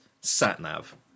sat-nav